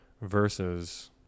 versus